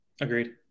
Agreed